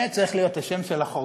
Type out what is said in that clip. זה היה צריך להיות השם של החוק.